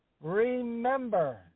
Remember